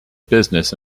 business